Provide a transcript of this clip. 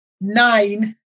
nine